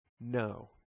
No